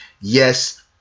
yes